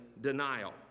denial